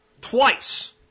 twice